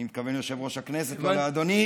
אני מתכוון ליושב-ראש הכנסת, לא לאדוני.